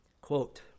Quote